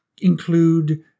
include